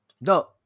No